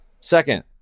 Second